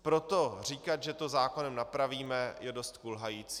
Proto říkat, že to zákonem napravíme, je dost kulhající.